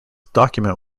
document